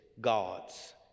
God's